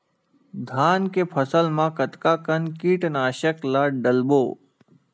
धान के फसल मा कतका कन कीटनाशक ला डलबो?